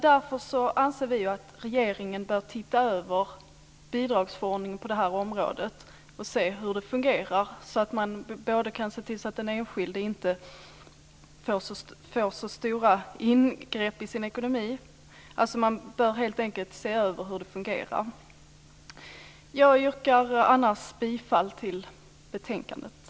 Därför anser vi att regeringen bör titta över bidragsförordningen på området och se hur det fungerar, så att den enskilde inte får så stora ingrepp i ekonomin. Jag yrkar bifall till hemställan i betänkandet.